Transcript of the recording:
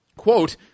Quote